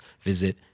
visit